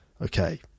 Okay